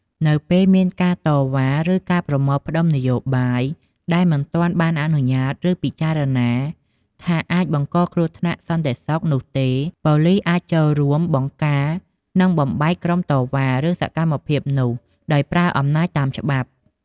នៅពេលមានការតវ៉ា ឬការប្រមូលផ្តុំនយោបាយដែលមិនទាន់បានអនុញ្ញាត ឬពិចារណាថាអាចបង្កគ្រោះថ្នាក់សន្តិសុខនោះទេ ប៉ូលីសអាចចូលរួមបង្ការនិងបំបែកក្រុមតវ៉ា ឬសកម្មភាពនោះដោយប្រើអំណាចតាមច្បាប់។